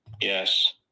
yes